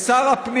ועל שר הפנים,